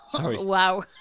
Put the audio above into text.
Wow